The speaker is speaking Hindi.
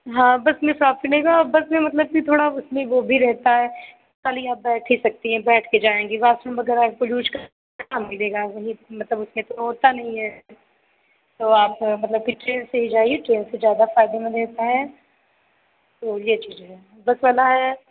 हाँ बस में प्रॉब्लम होगा हाँ बस में मतलब कि थोड़ा उसमें वह भी रहता है खाली आप बैठ ही सकती हैं बैठकर जाएँगी वॉशरूम वग़ैरह आपको यूज़ का कहाँ मिलेगा वहीं मतलब उसमें तो होता नहीं है तो आप मतलब कि ट्रेन से ही जाइए ट्रेन से ज़्यादा फ़ायदे में रहता है तो यह चीज़ है बस वाला है